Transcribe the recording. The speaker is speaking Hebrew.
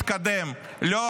יתקדם, יתקדם.